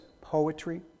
poetry